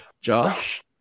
Josh